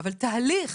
אבל תהליך